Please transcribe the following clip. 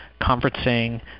conferencing